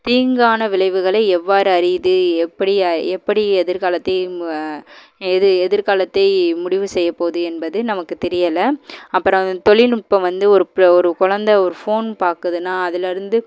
தீங்கான விளைவுகளை எவ்வாறு அறிவது எப்படி எப்படி எதிர்காலத்தையும் எது எதிர்காலத்தை முடிவு செய்ய போகுது என்பது நமக்கு தெரியலை அப்புறம் தொழில்நுட்பம் வந்து ஒரு ப்ள ஒரு கொழந்த ஒரு ஃபோன் பார்க்குதுன்னா அதுலேருந்து